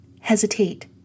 hesitate